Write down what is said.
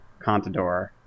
contador